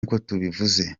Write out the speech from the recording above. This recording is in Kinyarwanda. ntitwishimiye